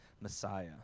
Messiah